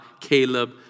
Caleb